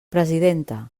presidenta